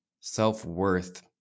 self-worth